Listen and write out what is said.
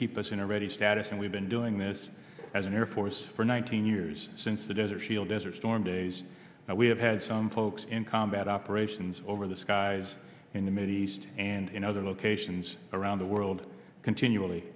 keep us in a ready status and we've been doing this as an air force for nineteen years since the desert shield desert storm days now we have had some folks in combat operations over the skies in the mid east and in other locations around the world continually